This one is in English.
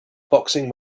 boxing